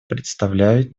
представляют